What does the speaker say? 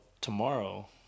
tomorrow